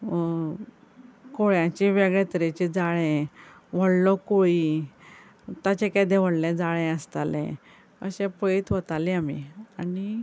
कोळ्याचें वेगळ्या तरचें जाळें व्हडलो कोळी ताचें केदें व्हडलें जाळें आसतालें अशें पळयत वतालीं आमी आनी